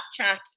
Snapchat